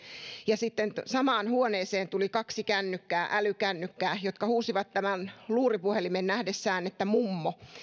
ja sitten samaan huoneeseen tulee kaksi kännykkää älykännykkää jotka huutavat tämän luuripuhelimen nähdessään että mummo